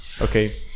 Okay